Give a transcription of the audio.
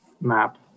map